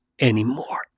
anymore